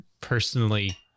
personally